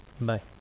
Bye